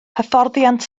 hyfforddiant